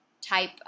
type